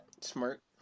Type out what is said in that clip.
Smart